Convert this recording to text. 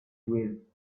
with